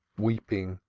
weeping,